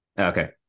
okay